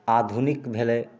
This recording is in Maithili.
आधुनिक भेलै